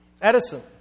Edison